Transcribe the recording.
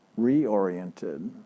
reoriented